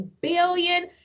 billion